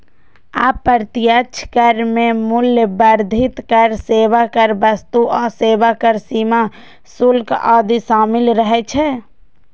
अप्रत्यक्ष कर मे मूल्य वर्धित कर, सेवा कर, वस्तु आ सेवा कर, सीमा शुल्क आदि शामिल रहै छै